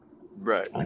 Right